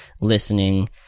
listening